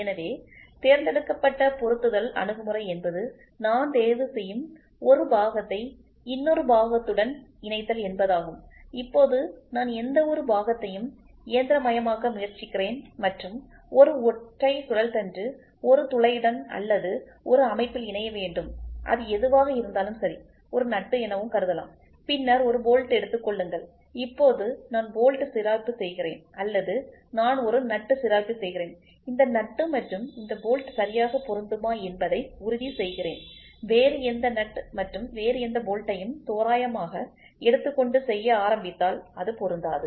எனவே தேர்ந்தெடுக்கப்பட்ட பொருத்துதல் அணுகுமுறை என்பது நான் தேர்வு செய்யும் ஒரு பாகத்தை இன்னொரு பாகத்துடன் இணைத்தல் என்பதாகும் இப்போது நான் எந்த ஒரு பாகத்தையும் இயந்திரமயமாக்க முயற்சிக்கிறேன் மற்றும் ஒரு ஒற்றை சுழல் தண்டு ஒரு துளையுடன் அல்லது ஒரு அமைப்பில் இணைய வேண்டும் அது எதுவாக இருந்தாலும் சரி ஒரு நட்டு எனவும் கருதலாம் பின்னர் ஒரு போல்ட் எடுத்துக் கொள்ளுங்கள் இப்போது நான் போல்ட் சிராய்ப்பு செய்கிறேன் அல்லது நான் ஒரு நட்டு சிராய்ப்பு செய்கிறேன் இந்த நட்டு மற்றும் இந்த போல்ட் சரியாக பொருந்துமா என்பதை உறுதிசெய்கிறேன் வேறு எந்த நட்டு மற்றும் வேறு எந்த போல்ட்டையும் தோராயமாக எடுத்துக்கொண்டு செய்ய ஆரம்பித்தால் அது பொருந்தாது